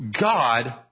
God